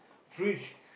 fridge